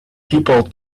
people